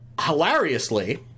hilariously